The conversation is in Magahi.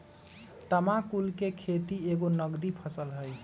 तमाकुल कें खेति एगो नगदी फसल हइ